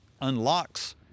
unlocks